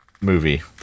movie